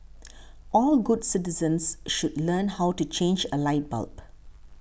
all good citizens should learn how to change a light bulb